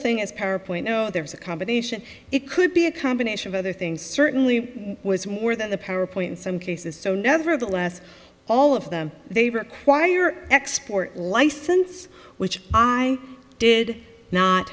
thing is para point no there is a combination it could be a combination of other things certainly more than the power point some cases so nevertheless all of them they require export license which i did not